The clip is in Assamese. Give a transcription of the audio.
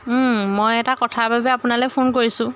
মই এটা কথাৰ বাবে আপোনালৈ ফোন কৰিছোঁ